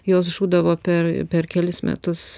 jos žūdavo per per kelis metus